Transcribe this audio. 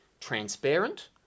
transparent